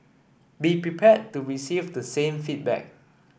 be prepared to receive the same feedback